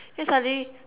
then suddenly